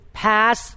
pass